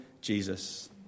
Jesus